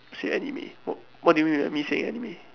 say anime what what do you mean by me saying anime